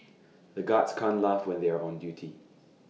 the guards can't laugh when they are on duty